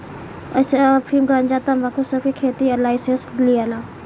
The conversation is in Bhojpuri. अइसने अफीम, गंजा, तंबाकू सब के खेती के लाइसेंस लियाला